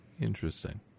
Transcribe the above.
Interesting